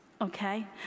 okay